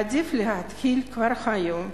עדיף להתחיל כבר היום,